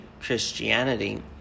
Christianity